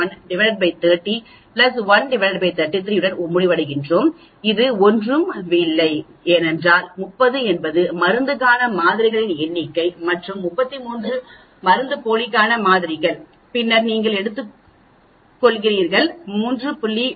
1 30 133 உடன் முடிவடைகிறோம் இது ஒன்றும் இல்லை ஏனென்றால் 30 என்பது மருந்துக்கான மாதிரிகளின் எண்ணிக்கை மற்றும் 33 மருந்துப்போலிக்கான மாதிரிகள் பின்னர் நீங்கள் எடுத்துக்கொள்கிறீர்கள் 3